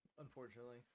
Unfortunately